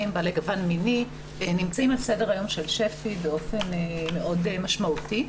בעלי גוון מיני נמצא על סדר היום של שפ"י באופן מאוד משמעותי.